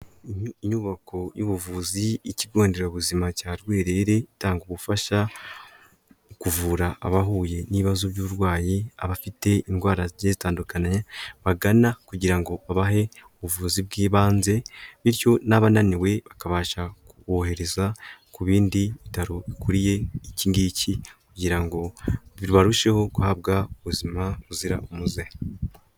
Inyubako y'ubuvuzi, ikigo nderabuzima cya Rwerere, itanga ubufasha, mu kuvura abahuye n'ibibazo by'uburwayi, abafite indwara zigiye zitandukanye, bagana kugira ngo babahe ubuvuzi bw'ibanze, bityo n'abananiwe bakabasha kubohereza ku bindi bitaro bikuriye iki ngiki, kugira ngo bibarusheho guhabwa ubuzima buzira umuze.